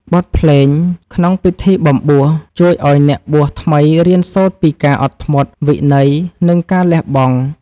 បទភ្លេងក្នុងពិធីបំបួស ជួយឱ្យអ្នកបួសថ្មីរៀនសូត្រពីការអត់ធ្មត់ វិន័យ និងការលះបង់។